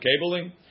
cabling